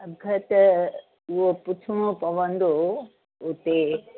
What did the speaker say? अघ त उहो पुछिणो पवंदो उते